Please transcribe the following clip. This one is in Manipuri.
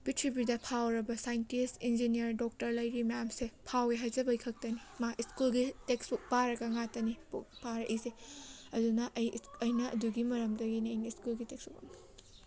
ꯄ꯭ꯔꯤꯊꯤꯕꯤꯗ ꯐꯥꯎꯔꯕ ꯁꯥꯏꯟꯇꯤꯁ ꯏꯟꯖꯤꯅꯤꯌꯔ ꯗꯣꯛꯇꯔ ꯂꯩꯔꯤ ꯃꯌꯥꯝꯁꯦ ꯐꯥꯎꯋꯦ ꯍꯥꯏꯖꯕꯩ ꯈꯛꯇꯅꯤ ꯃꯥ ꯁ꯭ꯀꯨꯜꯒꯤ ꯇꯦꯛꯁꯕꯨꯛ ꯄꯥꯔꯒ ꯉꯥꯛꯇꯅꯤ ꯄꯥꯔꯛꯏꯁꯦ ꯑꯗꯨꯅ ꯑꯩ ꯑꯩꯅ ꯑꯗꯨꯒꯤ ꯃꯔꯝꯗꯒꯤꯅꯤ ꯑꯩꯅ ꯁ꯭ꯀꯨꯜꯒꯤ ꯇꯦꯛꯁꯕꯨꯛ